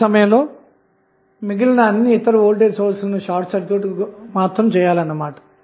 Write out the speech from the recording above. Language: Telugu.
అదే సమయంలో మిగిలిన అన్ని ఇతర వోల్టేజ్ సోర్స్ లను షార్ట్ సర్క్యూట్ చేయాలన్నమాట